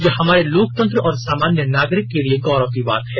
यह हमारे लोकतंत्र और सामान्य नागरिक के लिए गौरव की बात है